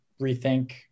rethink